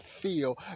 feel